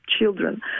children